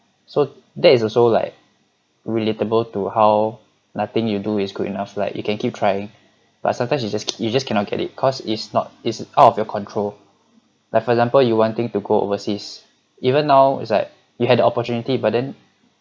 so that is also like relatable to how nothing you do is good enough like you can keep trying but sometimes you just you just cannot get it cause it's not it's out of your control like for example you wanting to go overseas even now it's like you had the opportunity but then